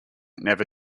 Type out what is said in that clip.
never